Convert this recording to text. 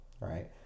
right